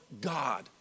God